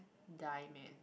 die man